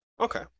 Okay